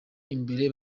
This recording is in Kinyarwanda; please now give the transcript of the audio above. imbere